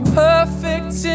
perfect